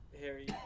Harry